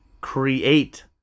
create